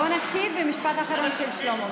בואו נקשיב, משפט אחרון של שלמה.